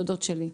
דודות שלי.